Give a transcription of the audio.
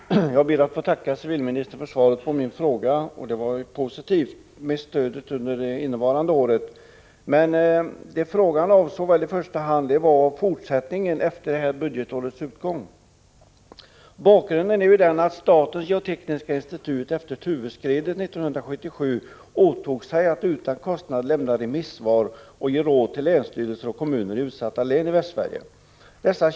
Herr talman! Jag ber att få tacka civilministern för svaret på min fråga. Det är positivt med stödet under innevarande år, men frågan avsåg i första hand fortsättningen efter detta budgetårs utgång. Bakgrunden är att statens geotekniska institut efter Tuveskredet 1977 åtog sig att utan kostnad lämna remissvar och ge råd till länsstyrelser och kommuner i utsatta län i Västsverige.